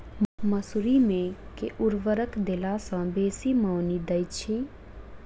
मसूरी मे केँ उर्वरक देला सऽ बेसी मॉनी दइ छै?